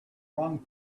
wrong